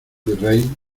virrey